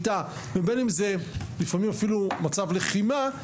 בין אם זה שביתה ובין אם זה לפעמים אפילו מצב לחימה,